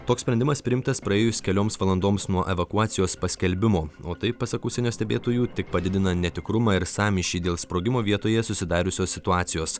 toks sprendimas priimtas praėjus kelioms valandoms nuo evakuacijos paskelbimo o tai pasak užsienio stebėtojų tik padidina netikrumą ir sąmyšį dėl sprogimo vietoje susidariusios situacijos